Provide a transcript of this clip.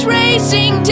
racing